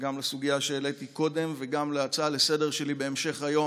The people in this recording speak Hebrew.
וגם לסוגיה שהעליתי קודם וגם להצעה לסדר-היום שלי בהמשך היום,